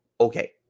okay